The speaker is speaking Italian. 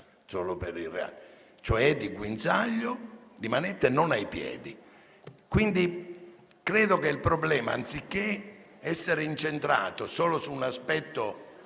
cioè di guinzaglio, di manette non ai piedi. Quindi credo che il problema, anziché incentrarlo solo su un aspetto